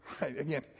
Again